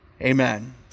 Amen